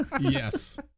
Yes